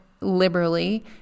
liberally